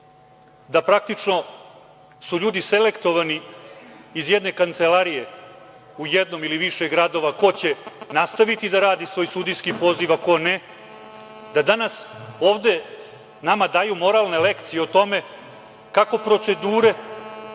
da praktično su ljudi selektovani iz jedne kancelarije u jednom ili više gradova, ko će nastaviti da radi svoj sudijski poziv, a ko ne, da danas ovde nama daju moralne lekcije o tome kako procedure